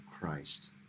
christ